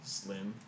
slim